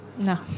No